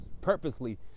purposely